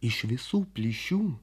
iš visų plyšių